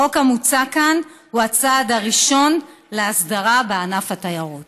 החוק המוצע כאן הוא הצעד הראשון להסדרה בענף התיירות.